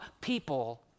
people